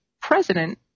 president